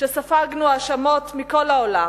כשספגנו האשמות מכל העולם,